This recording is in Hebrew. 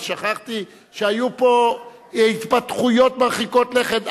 שכחתי שהיו פה התפתחויות מרחיקות לכת.